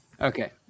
Okay